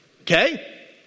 Okay